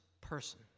person